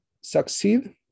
succeed